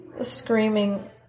screaming